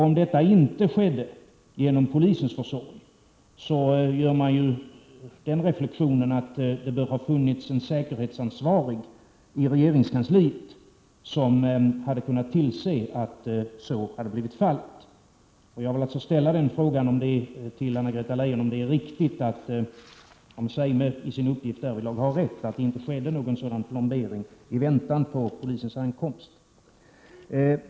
Om detta inte skedde genom polisens försorg gör man den reflexionen att det borde ha funnits en säkerhetsansvarig inom regeringskansliet som hade kunnat tillse att så skedde. Jag vill därför fråga Anna-Greta Leijon om Claes Zeime har rätt i att det inte skedde någon sådan här plombering i väntan på polisens ankomst.